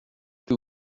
que